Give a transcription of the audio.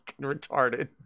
retarded